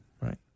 Right